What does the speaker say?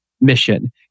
mission